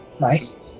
Nice